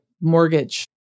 mortgage